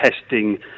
testing